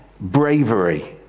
bravery